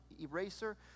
eraser